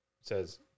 says